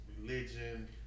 religion